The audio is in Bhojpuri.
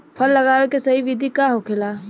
फल लगावे के सही विधि का होखेला?